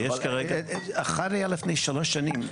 ויש כרגע --- אבל ההפרה הייתה לפני שלוש שנים?